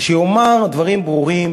ושיאמר דברים ברורים